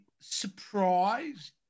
surprised